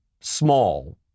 small